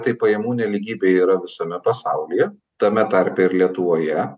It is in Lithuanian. tai pajamų nelygybė yra visame pasaulyje tame tarpe ir lietuvoje